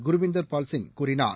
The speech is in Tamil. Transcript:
குருவிந்தர் பால்சிங் கூறினார்